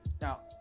Now